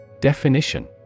Definition